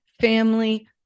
family